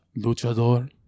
Luchador